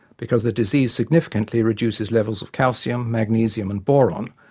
because the disease significantly reduces levels of calcium, magnesium and boron,